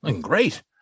Great